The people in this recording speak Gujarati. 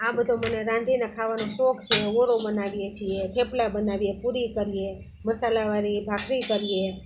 આ બધો મને રાંધીને ખાવાનો શોખ છે ઓળો બનાવીએ છીએ થેપલાં બનાવીએ પૂરી કરીએ મસાલાવાળી ભાખરી કરીએ